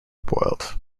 boiled